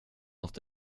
nåt